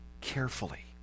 carefully